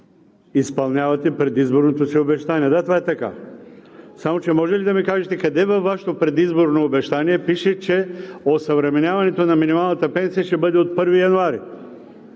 изпълнявате предизборното си обещание. Да, това е така! Само че, може ли да ми кажете къде във Вашето предизборно обещание пише, че осъвременяването на минималната пенсия ще бъде от 1 януари?